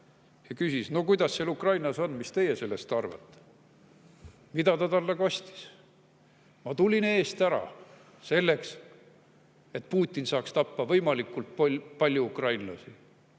ja küsis: "Kuidas seal Ukrainas on? Mis teie sellest arvate?" Mida talle seepeale kosteti? "Ma tulin eest ära, selleks et Putin saaks tappa võimalikult palju ukrainlasi."